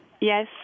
Yes